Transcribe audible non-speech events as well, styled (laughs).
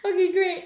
okay great (laughs)